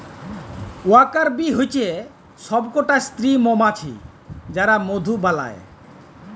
worker bee হচ্যে সব কটা স্ত্রী মমাছি যারা মধু বালায়